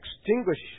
extinguish